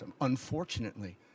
Unfortunately